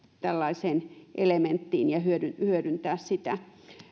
tällaiseen elementtiin ja hyödyntää hyödyntää sitä